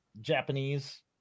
Japanese